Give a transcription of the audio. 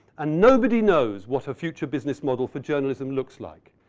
and nobody knows what a future business model for journalism looks like.